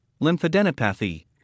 lymphadenopathy